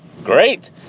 Great